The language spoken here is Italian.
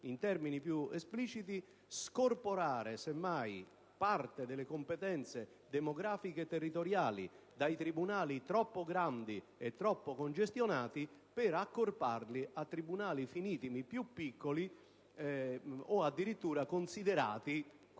è semmai necessario scorporare parte delle competenze demografiche e territoriali dai tribunali troppo grandi e troppo congestionati per accorparle a tribunali finitimi più piccoli o addirittura considerati (sia